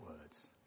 words